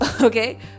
okay